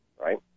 right